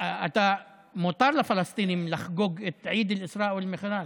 מותר לפלסטינים לחגוג את עיד אל-אסראא ואל-מעראג'.